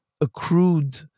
accrued